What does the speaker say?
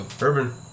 Urban